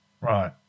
Right